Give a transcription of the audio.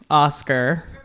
oscar.